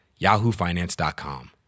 yahoofinance.com